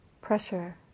pressure